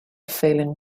failing